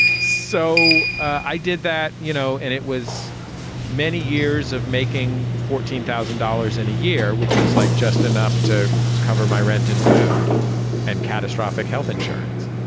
so i did that you know and it was many years of making fourteen thousand dollars in a year which was like just enough to cover my rent and food and catastrophic health insurance.